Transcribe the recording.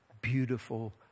beautiful